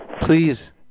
Please